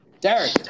Derek